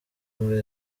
muri